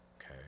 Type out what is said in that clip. Okay